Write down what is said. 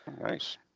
Nice